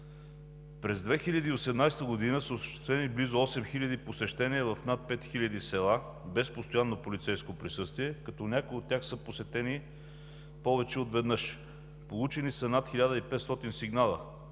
През 2018 г. са осъществени близо осем хиляди посещения в над пет хиляди села без постоянно полицейско присъствие, като някои от тях са посетени повече от веднъж. Получени са над 1500 сигнала,